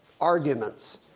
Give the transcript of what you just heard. arguments